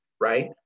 right